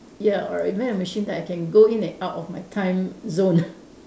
ya alright invent a machine that I can go in and out of my time zone